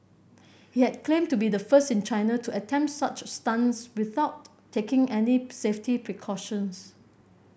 he had claimed to be the first in China to attempt such stunts without taking any safety precautions